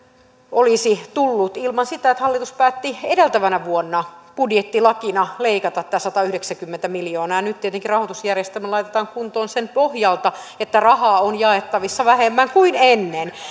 olisi tullut ilman sitä että hallitus päätti edeltävänä vuonna budjettilakina leikata tämän satayhdeksänkymmentä miljoonaa ja nyt tietenkin rahoitusjärjestelmä laitetaan kuntoon sen pohjalta että rahaa on jaettavissa vähemmän kuin ennen